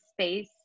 space